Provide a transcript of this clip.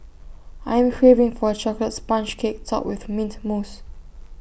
I am craving for A Chocolate Sponge Cake Topped with Mint Mousse